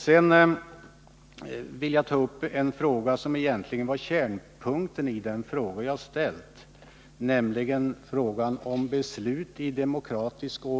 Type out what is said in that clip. Jag vill ta upp frågan om beslut i demokratisk ordning, som egentligen är kärnpunkten i den fråga som jag har ställt till statsrådet.